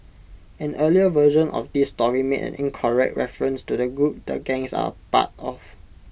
an earlier version of this story made an incorrect reference to the group the gangs are part of